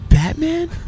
Batman